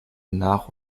nach